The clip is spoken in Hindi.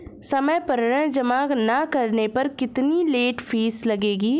समय पर ऋण जमा न करने पर कितनी लेट फीस लगेगी?